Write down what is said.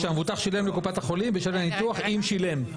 שהמבוטח שילם לקופת החולים בשל הניתוח אם שילם.